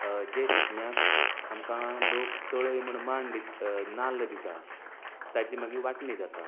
जे शिगम्याक आमकां लोक तळय म्हण मांड दित नाल्ल दिता ताची मागीर वांटणी जाता